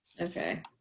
Okay